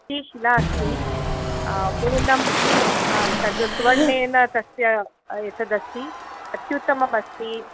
महती शिला अस्ति पूर्णम् आं तद् सुवर्णेन तस्य एतद् अस्ति अत्युत्तममस्ति